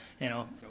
you know,